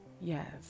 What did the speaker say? Yes